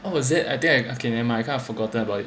what was that I think never mind kind of forgotten about